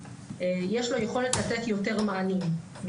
יש לו יכולת לתת יותר מענים,